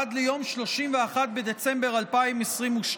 עד ליום 31 בדצמבר 2022,